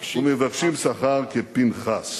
"ומבקשים שכר" ומבקשים שכר כפנחס".